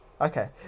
Okay